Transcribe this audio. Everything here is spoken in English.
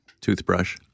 Toothbrush